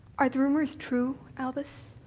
are the rumors true, albus?